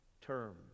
Term